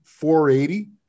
480